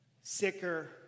sicker